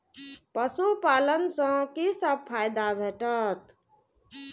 पशु पालन सँ कि सब फायदा भेटत?